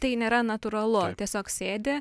tai nėra natūralu tiesiog sėdi